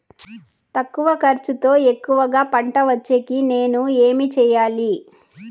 తక్కువ ఖర్చుతో ఎక్కువగా పంట వచ్చేకి నేను ఏమి చేయాలి?